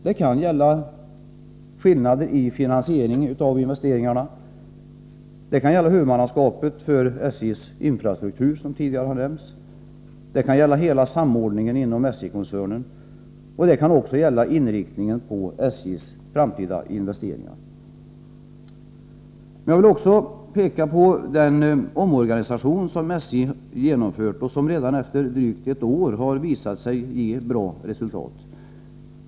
Det kan gälla skillnader i finansiering av investeringarna, det kan gälla huvudmannaskapet för SJ:s infrastruktur, som tidigare har nämnts, det kan gälla hela samordningen inom SJ-koncernen och det kan också gälla inriktningen på SJ:s framtida investeringar. Men jag vill också peka på den omorganisation som SJ genomfört och som redan efter drygt ett år har visat sig ge bra resultat.